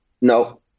No